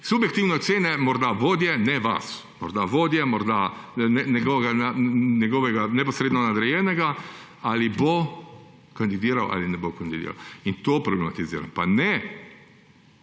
subjektivne ocene, ne vas, morda vodje, morda njegovega neposredno nadrejenega, ali bo kandidiral ali ne bo kandidiral. In to problematiziram. Pa še